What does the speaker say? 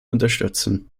unterstützen